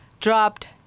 dropped